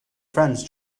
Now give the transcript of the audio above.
friends